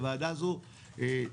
הוועדה הזאת תקתקה.